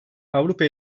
avrupa